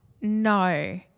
No